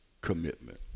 commitment